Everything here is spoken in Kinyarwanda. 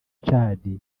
tchad